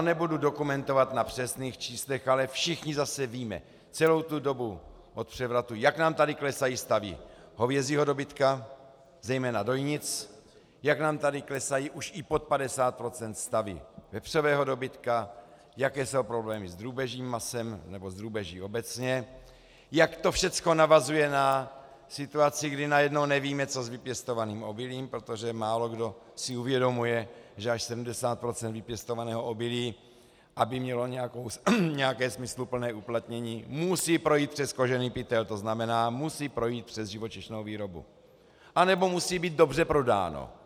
Nebudu to dokumentovat na přesných číslech, ale všichni zase víme celou tu dobu od převratu, jak nám tady klesají stavy hovězího dobytka, zejména dojnic, jak nám tady klesají už i pod 50 % stavy vepřového dobytka, jaké jsou problémy s drůbežím masem nebo s drůbeží obecně, jak to všechno navazuje na situaci, kdy najednou nevíme, co s vypěstovaným obilím, protože málokdo si uvědomuje, že až 70 % vypěstovaného obilí, aby mělo nějaké smysluplné uplatnění, musí projít přes kožený pytel, to znamená, musí projít přes živočišnou výrobu, anebo musí být dobře prodáno.